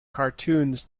cartoons